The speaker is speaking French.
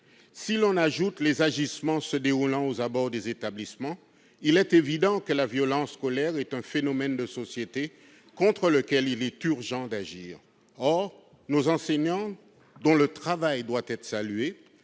Si l'on ajoute les agissements se déroulant aux abords des établissements, il est évident que la violence scolaire est un phénomène de société contre lequel il est urgent d'agir. Or nos enseignants, dont le travail doit être salué,